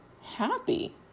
happy